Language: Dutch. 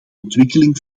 ontwikkeling